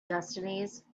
destinies